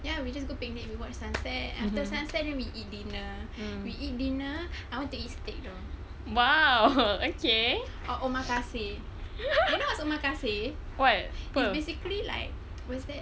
ya we just go picnic we watch sunset after sunset then we eat dinner and we eat dinner I would to eat steak though or omakase you know what's omakase basically like what's that